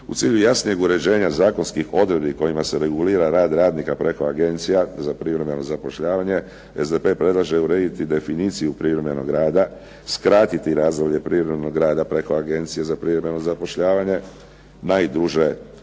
U cilju jasnijeg uređenja zakonskih odredbi kojima se regulira rad radnika preko agencija za privremeno zapošljavanje, SDP predlaže urediti definiciju privremenog rada, skratiti razdoblje privremenog rada preko agencije za privremeno zapošljavanje, najduže